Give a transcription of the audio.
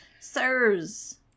Sirs